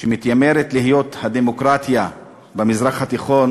שמתיימרת להיות הדמוקרטיה במזרח התיכון,